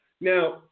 Now